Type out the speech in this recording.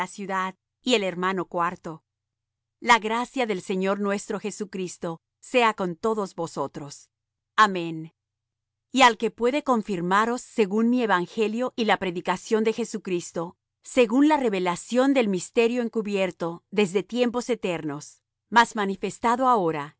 ciudad y el hermano cuarto la gracia del señor nuestro jesucristo sea con todos vosotros amén y al que puede confirmaros según mi evangelio y la predicación de jesucristo segun la revelación del misterio encubierto desde tiempos eternos mas manifestado ahora y